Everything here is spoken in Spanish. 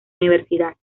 universidad